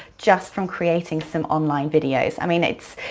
just from creating some online videos. i mean, it's,